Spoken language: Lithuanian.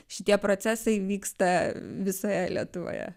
šitie procesai vyksta visoje lietuvoje